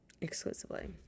exclusively